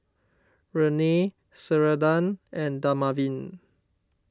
Rene Ceradan and Dermaveen